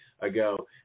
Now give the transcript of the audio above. ago